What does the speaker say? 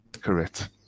Correct